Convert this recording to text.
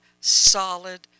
solid